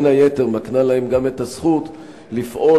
בין היתר מקנה להם גם את הזכות לפעול